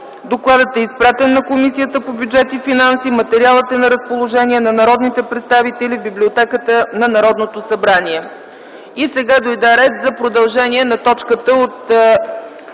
докладът е изпратен на Комисията по бюджет и финанси. Материалът е на разположение на народните представители в Библиотеката на Народното събрание. И сега дойде ред за продължение на точката от